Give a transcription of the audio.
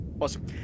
Awesome